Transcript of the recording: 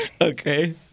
Okay